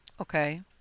Okay